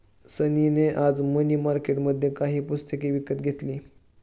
सनी ने आज मनी मार्केटबद्दल काही पुस्तके विकत घेतली